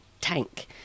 tank